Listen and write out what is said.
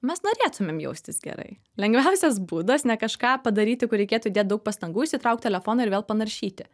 mes norėtumėm jaustis gerai lengviausias būdas ne kažką padaryti kur reikėtų įdėt daug pastangų išsitraukt telefoną ir vėl panaršyti